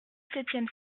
septième